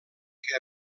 que